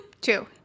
Two